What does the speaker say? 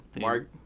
Mark